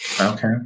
Okay